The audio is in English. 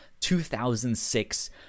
2006